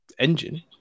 engine